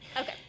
okay